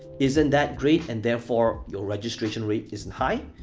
isn't that great, and therefore your registration rate isn't high.